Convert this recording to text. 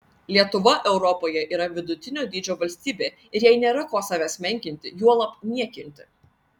lietuva europoje yra vidutinio dydžio valstybė ir jai nėra ko savęs menkinti juolab niekinti